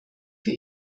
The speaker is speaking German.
für